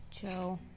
Joe